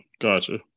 Gotcha